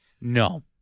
No